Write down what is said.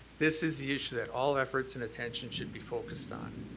this is the issue that all efforts and attention should be focused on.